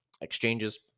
exchanges